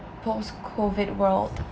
post COVID world